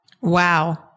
Wow